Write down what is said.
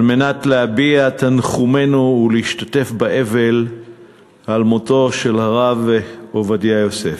על מנת להביע תנחומינו ולהשתתף באבל על מותו של הרב עובדיה יוסף.